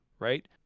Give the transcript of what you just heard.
right